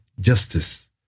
justice